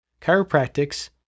chiropractics